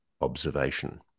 observation